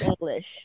English